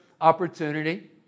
opportunity